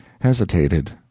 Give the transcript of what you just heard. hesitated